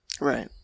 Right